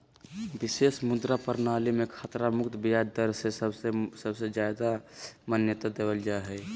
विशेष मुद्रा प्रणाली मे खतरा मुक्त ब्याज दर के सबसे ज्यादा मान्यता देवल जा हय